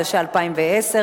התשע"א 2010,